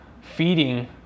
feeding